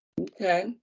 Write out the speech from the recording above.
Okay